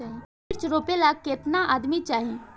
मिर्च रोपेला केतना आदमी चाही?